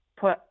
put